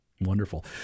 Wonderful